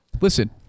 Listen